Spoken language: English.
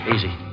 Easy